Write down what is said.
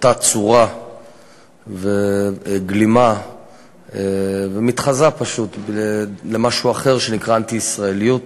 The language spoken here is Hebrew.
עוטה צורה וגלימה ומתחזה פשוט למשהו אחר שנקרא אנטי-ישראליות.